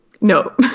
No